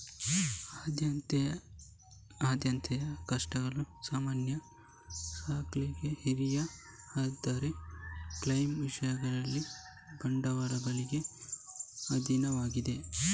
ಆದ್ಯತೆಯ ಸ್ಟಾಕ್ಗಳು ಸಾಮಾನ್ಯ ಸ್ಟಾಕ್ಗೆ ಹಿರಿಯ ಆದರೆ ಕ್ಲೈಮ್ನ ವಿಷಯದಲ್ಲಿ ಬಾಂಡುಗಳಿಗೆ ಅಧೀನವಾಗಿದೆ